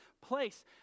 place